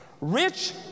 Rich